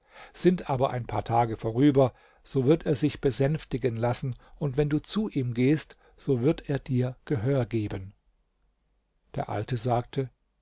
sind aber ein paar tage vorüber so wird er sich besänftigen lassen und wenn du zu ihm gehst so wird er dir gehör geben der alte sagte